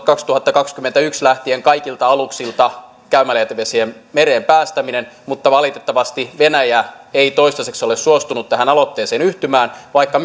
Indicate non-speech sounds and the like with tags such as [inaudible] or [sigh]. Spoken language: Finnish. kaksituhattakaksikymmentäyksi lähtien kaikilta aluksilta käymäläjätevesien mereen päästäminen mutta valitettavasti venäjä ei toistaiseksi ole suostunut tähän aloitteeseen yhtymään vaikka [unintelligible]